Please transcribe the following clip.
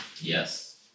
Yes